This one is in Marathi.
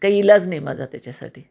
काही ईलाज नाही माझा त्याच्यासाठी